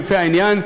לפי העניין,